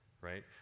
right